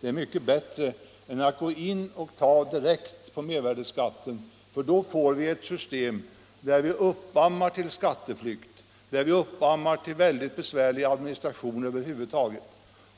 Det är mycket bättre än att direkt minska mervärdeskatten, för då får vi ett system som uppammar skatteflykt och en väldigt besvärlig administration över huvud taget.